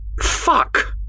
Fuck